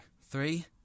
Three